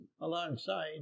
alongside